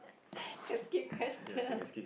can skip question